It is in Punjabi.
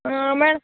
ਮੈਂ